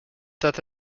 that